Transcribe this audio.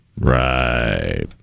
Right